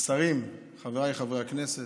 השרים, חבריי חברי הכנסת,